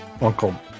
uncle